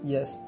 Yes